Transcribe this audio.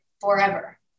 forever